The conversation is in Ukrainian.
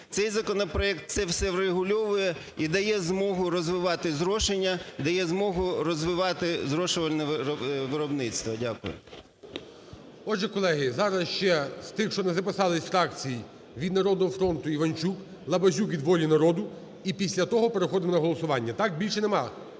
Цей законопроект це все врегульовує, і дає змогу розвивати зрошення, дає змогу розвивати зрошувальне виробництво. Дякую. ГОЛОВУЮЧИЙ. Отже, колеги, зараз ще з тих, що не записались від фракцій. Від "Народного фронту" - Іванчук, Лабазюк - від "Волі народу". І після того переходимо на голосування. Так? Більше нема?